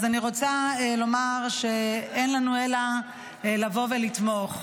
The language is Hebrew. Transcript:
אני רוצה לומר שאין לנו אלא לבוא ולתמוך.